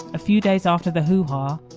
a few days after the hoo ha,